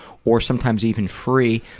or sometimes even free.